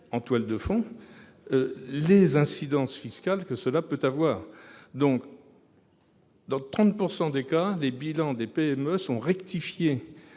en toile de fond, les incidences fiscales que cela peut avoir. Dans 30 % des cas, les bilans des PME sont rectifiés